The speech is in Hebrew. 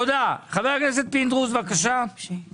בוקר